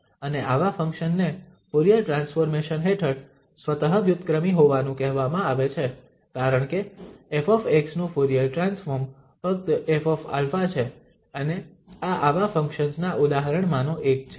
અને આવા ફંક્શન ને ફુરીયર ટ્રાન્સફોર્મેશન હેઠળ સ્વતઃ વ્યુત્ક્રમી હોવાનું કહેવામાં આવે છે કારણ કે 𝑓 નું ફુરીયર ટ્રાન્સફોર્મ ફક્ત 𝑓α છે અને આ આવા ફંક્શન્સ ના ઉદાહરણ માંનો એક છે